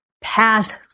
Past